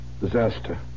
Disaster